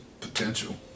potential